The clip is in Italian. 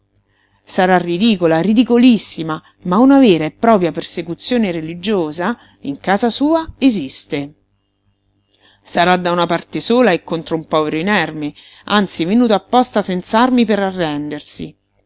perseguita sarà ridicola ridicolissima ma una vera e propria persecuzione religiosa in casa sua esiste sarà da una parte sola e contro un povero inerme anzi venuto apposta senz'armi per arrendersi